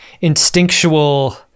instinctual